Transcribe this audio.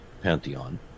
pantheon